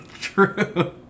True